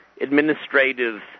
administrative